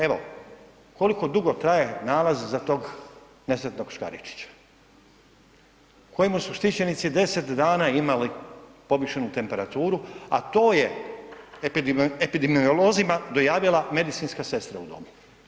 Evo, koliko dugo traje nalaz za tog nesretnog Škaričića kojemu su štićenici 10 dana imali povišenu temperaturu, a to je epidemiolozima dojavila medicinska sestra u domu.